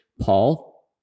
Paul